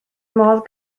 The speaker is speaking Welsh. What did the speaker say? modd